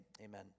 Amen